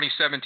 2017